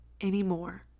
anymore